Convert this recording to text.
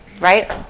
right